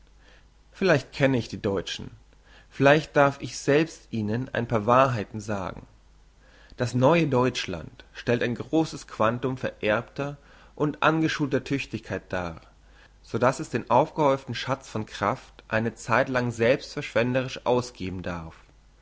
vielleicht kenne ich die deutschen vielleicht darf ich selbst ihnen ein paar wahrheiten sagen das neue deutschland stellt ein grosses quantum vererbter und angeschulter tüchtigkeit dar so dass es den aufgehäuften schatz von kraft eine zeit lang selbst verschwenderisch ausgeben darf